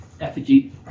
effigy